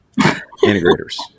integrators